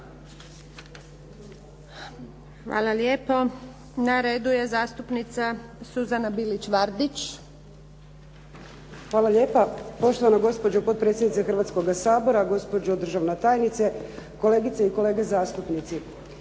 Hvala lijepo. Na redu je zastupnica Suzana Bilić Vardić. **Bilić Vardić, Suzana (HDZ)** Hvala lijepa poštovana gospođo potpredsjednice Hrvatskoga sabora, gospođo državna tajnice, kolegice i kolege zastupnici.